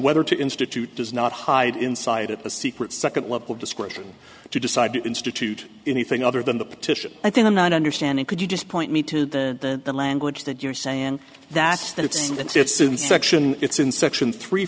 whether to institute does not hide inside a secret second level of discretion to decide to institute anything other than the petition i think i'm not understanding could you just point me to the language that you're saying that's that it's it's in section it's in section three